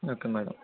okay madam